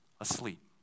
asleep